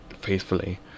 faithfully